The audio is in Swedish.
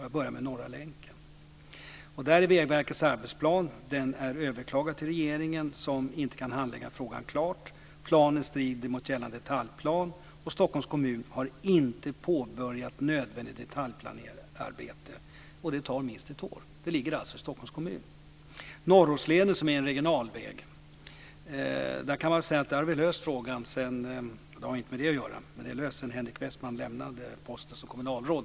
Jag börjar med Norra länken. Där är Vägverkets arbetsplan överklagad till regeringen som inte kan handlägga frågan klart. Planen strider mot gällande detaljplan. Stockholms kommun har inte påbörjat nödvändigt detaljplaneringsarbete, och det tar minst ett år. Det ligger alltså i När det gäller Norrortsleden, som är en regional väg, har vi löst frågan sedan Henrik Westman lämnade posten som kommunalråd.